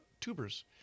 tubers